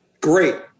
great